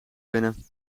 winnen